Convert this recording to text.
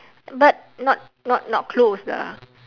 but not not not close lah